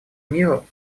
миру